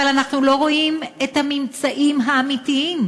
אבל אנחנו לא רואים את הממצאים האמיתיים.